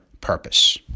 purpose